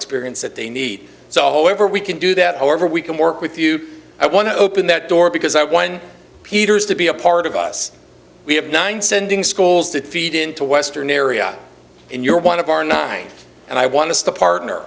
experience that they need so whoever we can do that however we can work with you i want to open that door because i won peter's to be a part of us we have nine sending schools that feed into western area and you're one of our nine and i want to stop partner